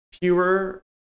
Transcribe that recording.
fewer